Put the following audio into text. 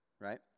right